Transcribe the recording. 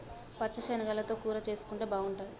పచ్చ శనగలతో కూర చేసుంటే బాగుంటది